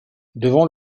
devant